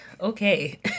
Okay